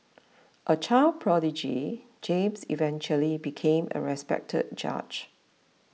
a child prodigy James eventually became a respected judge